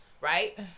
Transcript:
right